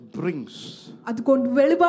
brings